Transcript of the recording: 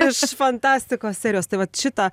iš fantastikos serijos tai vat šitą